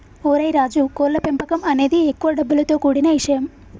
ఓరై రాజు కోళ్ల పెంపకం అనేది ఎక్కువ డబ్బులతో కూడిన ఇషయం